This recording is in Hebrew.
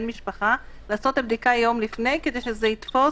משפחה לעשות את הבדיקה יום לפני כדי שזה יתפוס אחר כך.